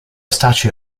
statue